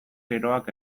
geroak